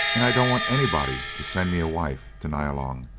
and i don't want anybody to send me a wife to nyalong.